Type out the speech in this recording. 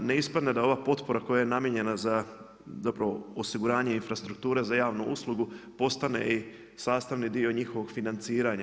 Da ne ispadne da ova potpora koja je namijenjena za, zapravo, osiguranje infrastrukture, za javnu uslugu, postane i sastavni dio njihovog financiranja.